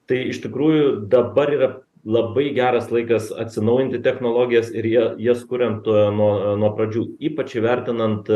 tai iš tikrųjų dabar yra labai geras laikas atsinaujinti technologijas ir jie jas kuriant nuo nuo pradžių ypač įvertinant